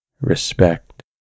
respect